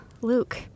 Luke